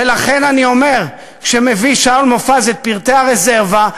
ולכן אני אומר, כששאול מופז מביא את פרטי הרזרבה,